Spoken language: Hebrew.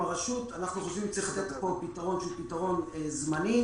ממך טלפון או ווטסאפ או שיחות כדי שהדבר הזה